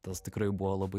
tas tikrai buvo labai